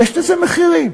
יש לזה מחירים,